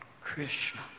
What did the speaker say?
Krishna